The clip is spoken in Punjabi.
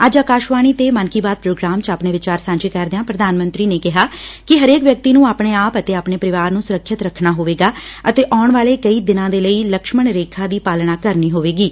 ਅੱਜ ਅਕਾਸ਼ਵਾਣੀ ਤੇ 'ਮਨ ਕੀ ਬਾਤ' ਪ੍ਰੋਗਰਾਮ 'ਚ ਆਪਣੇ ਵਿਚਾਰ ਸਾਂਝੇ ਕਰਦਿਆਂ ਪ੍ਰਧਾਨ ਮੰਤਰੀ ਨੇ ਕਿਹਾ ਕਿ ਹਰੇਕ ਵਿਅਕਤੀ ਨੂੰ ਆਪਣੇ ਅਤੇ ਆਪਣੇ ਪਰਿਵਾਰ ਨੂੰ ਸੁਰੱਖਿਅਤ ਰੱਖਣਾ ਹੋਵੇਗਾ ਅਤੇ ਆਉਣ ਵਾਲੇ ਕਈ ਦਿਨਾਂ ਦੇ ਲਈ ਲਕਸਮਣ ਰੇਖਾ ਦੀ ਪਾਲਣਾ ਕਰਨੀ ਹੋਵੇਗੀ